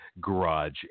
garage